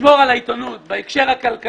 לשמור על העיתונות בהקשר הכלכלי,